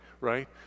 right